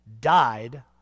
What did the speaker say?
died